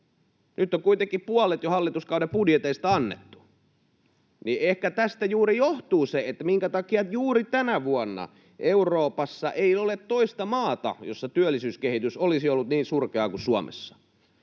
Nyt on kuitenkin puolet jo hallituskauden budjeteista annettu. Ehkä tästä juuri johtuu se, minkä takia juuri tänä vuonna Euroopassa ei ole toista maata, jossa työllisyyskehitys olisi ollut niin surkeaa kuin Suomessa.